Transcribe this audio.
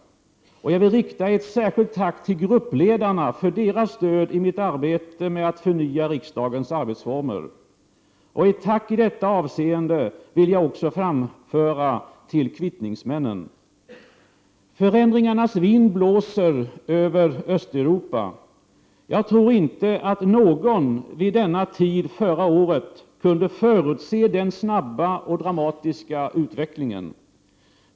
Jag vill rikta ett särskilt tack till gruppledarna för deras stöd i mitt arbete med att förnya riksdagens arbetsformer. Ett tack i detta avseende vill jag också framföra till kvittningsmännen. Förändringarnas vind blåser över Östeuropa. Jag tror inte att någon vid denna tid förra året kunde förutse den snabba och dramatiska utvecklingen.